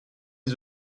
les